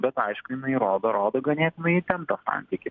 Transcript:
bet aišku jinai rodo rodo ganėtinai įtemptą santykį